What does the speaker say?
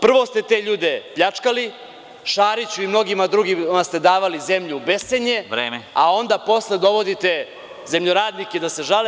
Prvo ste te ljude pljačkali, Šariću i mnogim drugima ste davali zemlju u bescenje, a onda posle dovodite zemljoradnike da se žale.